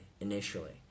initially